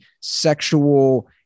sexual